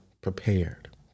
prepared